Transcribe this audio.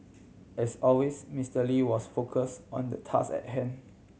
as always Mister Lee was focus on the task at hand